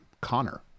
Connor